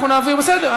בסדר,